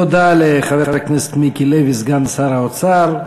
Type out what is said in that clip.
תודה לחבר הכנסת מיקי לוי, סגן שר האוצר.